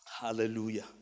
Hallelujah